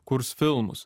kurs filmus